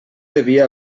devia